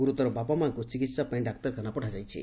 ଗୁରୁତର ବାପା ମାଆଙ୍କୁ ଚିକିହା ପାଇଁ ଡାକ୍ତରଖାନା ପଠାଯାଇଛି